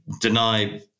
deny